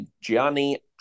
Gianni